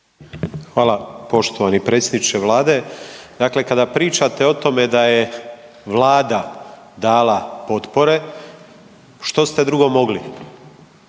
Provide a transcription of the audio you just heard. Hvala. Poštovani predsjedniče Vlade dakle kada pričate o tome da je Vlada dala potpore što ste drugo mogli